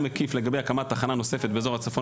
מקיף לגבי הקמת תחנה נוספת באזור הצפון,